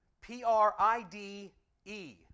P-R-I-D-E